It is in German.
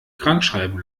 krankschreiben